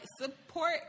support